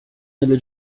nelle